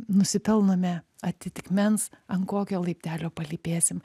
nusipelnome atitikmens ant kokio laiptelio palipėsim